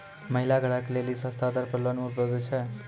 महिला ग्राहक लेली सस्ता दर पर लोन उपलब्ध छै?